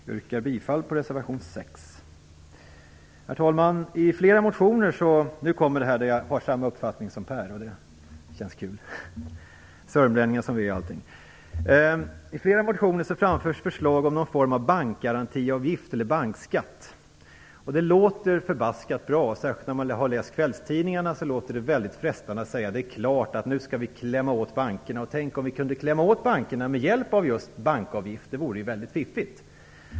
Jag yrkar bifall till reservation 6. Herr talman! Nu kommer den fråga där jag har samma uppfattning som Per Westerberg. Det känns kul, sörmlänningar som vi är. I flera motioner framförs förslag om någon form av bankgarantiavgift eller bankskatt. Det låter förbaskat bra. Särskilt när man har läst kvällstidningarna är det väldigt frestande att säga att det är klart att vi skall klämma åt bankerna. Tänk om vi kunde klämma åt bankerna med hjälp av just bankavgift! Det vore väldigt fiffigt.